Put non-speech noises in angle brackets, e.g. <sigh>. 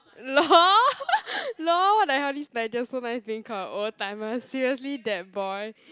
lol <laughs> lol what the hell this Nigel so nice being called a old timer seriously that boy